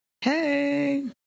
Hey